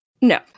No